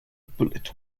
bullet